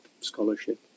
scholarship